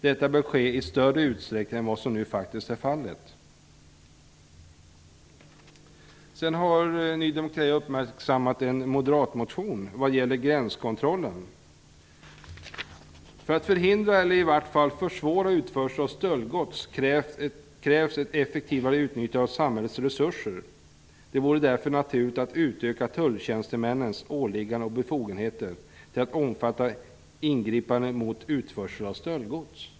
Detta bör ske i större utsträckning än vad som nu är fallet. Ny demokrati har också uppmärksammat en motion från Moderaterna som gäller gränskontrollen. För att förhindra eller i vart fall försvåra utförsel av stöldgods krävs ett effektivare utnyttjande av samhällets resurser. Det vore därför naturligt att utöka tulltjänstemännens åligganden och befogenheter till att omfatta ingripanden mot utförsel av stöldgods.